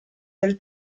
del